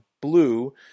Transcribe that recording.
blue